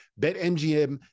BetMGM